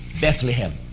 bethlehem